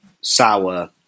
sour